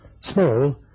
Small